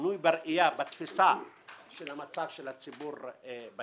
שינוי בראייה, בתפיסה של המצב של הציבור בנגב.